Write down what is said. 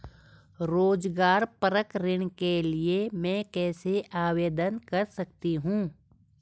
रोज़गार परक ऋण के लिए मैं कैसे आवेदन कर सकतीं हूँ?